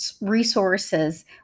resources